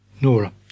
Nora